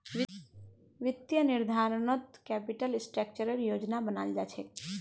वित्तीय निर्धारणत कैपिटल स्ट्रक्चरेर योजना बनाल जा छेक